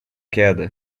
queda